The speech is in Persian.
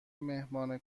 مهمان